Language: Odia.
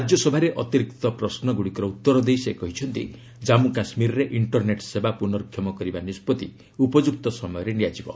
ରାଜ୍ୟସଭାରେ ଅତିରିକ୍ତ ପ୍ରଶ୍ନଗୁଡ଼ିକର ଉତ୍ତର ଦେଇ ସେ କହିଛନ୍ତି ଜନ୍ମୁ କାଶ୍କୀରରେ ଇଷ୍ଟର୍ନେଟ୍ ସେବା ପୁନର୍କ୍ଷମ କରିବା ନିଷ୍କଭି ଉପଯୁକ୍ତ ସମୟରେ ନିଆଯିବ